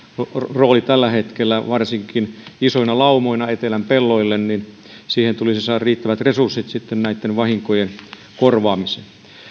rooli tällä hetkellä varsinkin isoina laumoina etelän pelloilla siihen tulisi saada riittävät resurssit sitten näitten vahinkojen korvaamiseen